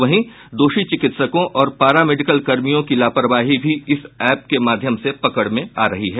वहीं दोषी चिकित्सकों और पारा मेडिकल कर्मियों की लापरवाही भी इस एप के माध्यम से पकड़ में आ रही है